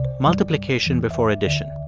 multiplication before addition.